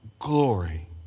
glory